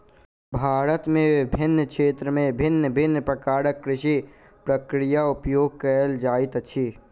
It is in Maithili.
भारत में विभिन्न क्षेत्र में भिन्न भिन्न प्रकारक कृषि प्रक्रियाक उपयोग कएल जाइत अछि